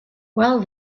well